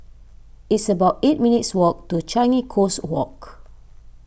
it's about eight minutes' walk to Changi Coast Walk